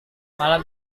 malam